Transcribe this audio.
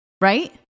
right